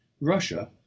Russia